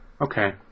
okay